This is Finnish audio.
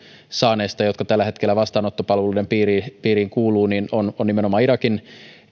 saaneesta jotka tällä hetkellä vastaanottopalveluiden piiriin piiriin kuuluvat ovat nimenomaan irakin